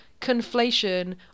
conflation